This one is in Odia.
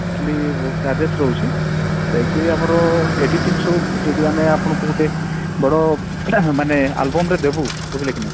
ଆକ୍ଚୁଆଲି ବହୁତ ଚାର୍ଜେସ୍ ରହୁଛି ଆକ୍ଚୁଆଲି ଆମର ଏଡିଟିଂ ସବୁ ଯଦି ଆମେ ଆପଣଙ୍କୁ ଗୋଟେ ବଡ଼ ମାନେ ଆଲବମ୍ରେ ଦେବୁ ବୁଝିଲେ କି ନାଇ